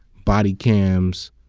body cams,